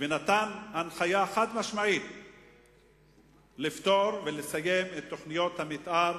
ונתן הנחיה חד-משמעית לפתור ולסיים את תוכניות המיתאר